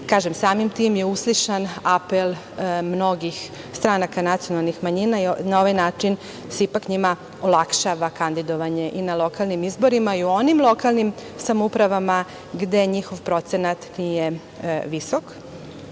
Kažem, samim tim je uslišen apel mnogih stranaka nacionalnih manjina i na ovaj način se ipak njima olakšava kandidovanje i na lokalnim izborima i u onim lokalnim samoupravama gde njihov procenat nije visok,